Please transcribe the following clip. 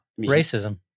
Racism